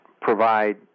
provide